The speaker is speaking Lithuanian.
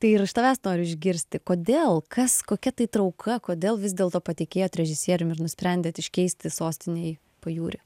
tai ir iš tavęs noriu išgirsti kodėl kas kokia tai trauka kodėl vis dėlto patikėjot režisierium ir nusprendėt iškeisti sostinei pajūry